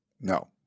No